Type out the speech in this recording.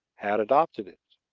had adopted it.